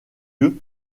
lieu